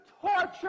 torture